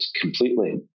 completely